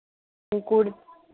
കൂടി